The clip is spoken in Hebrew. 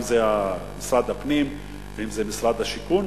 אם זה משרד הפנים ואם זה משרד השיכון,